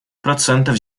процентов